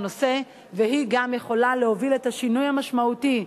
והיא גם יכולה להוביל את השינוי המשמעותי.